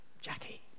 Jackie